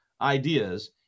ideas